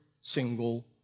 single